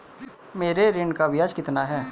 मेरे ऋण का ब्याज कितना है?